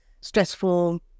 stressful